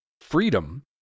freedom